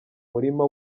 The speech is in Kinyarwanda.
murima